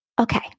Okay